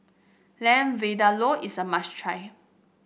Lamb Vindaloo is a must try